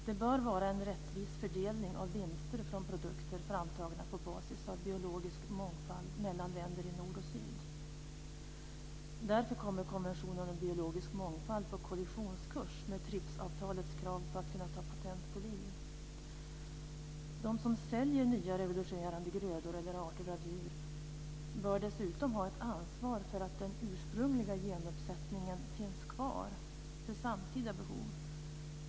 Det bör vara en rättvis fördelning av vinster från produkter framtagna på basis av biologisk mångfald mellan länder i nord och syd. Därför kommer konventionen om biologisk mångfald på kollisionskurs med TRIPS-avtalets krav på att kunna ta patent på liv. De som säljer nya revolutionerande grödor eller arter av djur bör dessutom ha ett ansvar för att den ursprungliga genuppsättningen finns kvar för samtida behov.